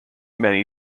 many